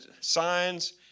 signs